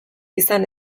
izan